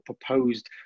proposed